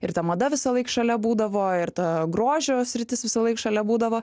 ir ta mada visąlaik šalia būdavo ir ta grožio sritis visąlaik šalia būdavo